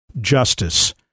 Justice